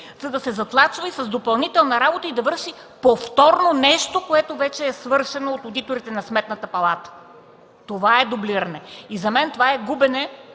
за да се затлачва и с допълнителна работа и да върши повторно нещо, което вече е свършено от одиторите на Сметната палата. Това е дублиране! За мен това е губене